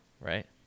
right